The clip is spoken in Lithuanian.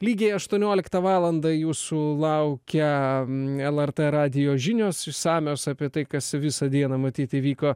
lygiai aštuonioliktą valandą jūsų laukia lrt radijo žinios išsamios apie tai kas visą dieną matyt įvyko